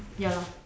ya lor